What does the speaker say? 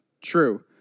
True